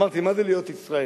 אמרתי, מה זה להיות ישראלי,